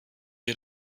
wir